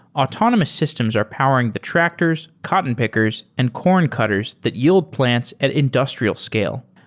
autonomous systems are powering the tractors, cotton pickers and corn cutters that yield plants at industrial scale.